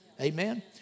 Amen